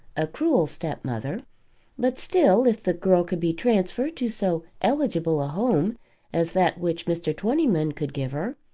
a cruel stepmother but still, if the girl could be transferred to so eligible a home as that which mr. twentyman could give her,